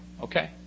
okay